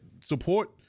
support